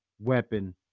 weapon